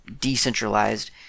decentralized